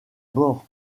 bord